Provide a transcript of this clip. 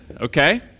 Okay